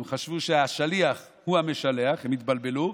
הם חשבו שהשליח הוא המשלח, הם התבלבלו,